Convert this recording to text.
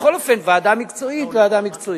בכל אופן, ועדה מקצועית, ועדה מקצועית.